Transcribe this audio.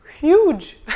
huge